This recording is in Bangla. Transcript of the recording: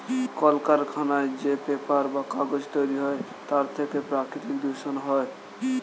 কলকারখানায় যে পেপার বা কাগজ তৈরি হয় তার থেকে প্রাকৃতিক দূষণ হয়